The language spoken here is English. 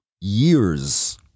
Years